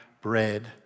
bread